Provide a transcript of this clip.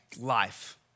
life